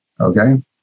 Okay